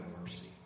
mercy